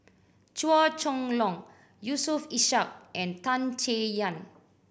Chua Chong Long Yusof Ishak and Tan Chay Yan